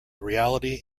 reality